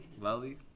Lolly